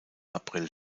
april